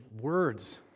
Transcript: words